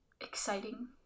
exciting